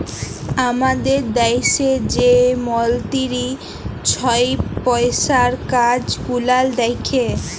আমাদের দ্যাশে যে মলতিরি ছহব পইসার কাজ গুলাল দ্যাখে